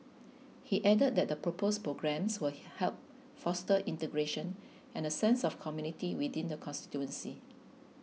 he added that the proposed programmes will help foster integration and a sense of community within the constituency